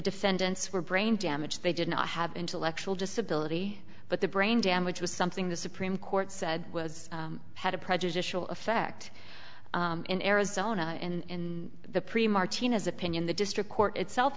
defendants were brain damage they did not have intellectual disability but the brain damage was something the supreme court said was had a prejudicial effect in arizona in the pre martinez opinion the district court itself